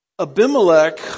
Abimelech